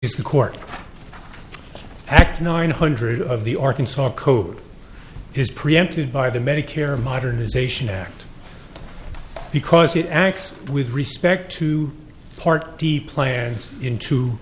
the court act nine hundred of the arkansas code is preempted by the medicare modernization act because it acts with respect to part d plans in